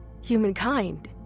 humankind